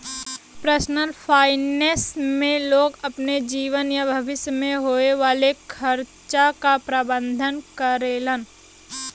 personal finance में लोग अपने जीवन या भविष्य में होये वाले खर्चा क प्रबंधन करेलन